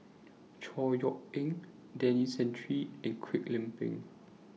Chor Yeok Eng Denis Santry and Kwek Leng Beng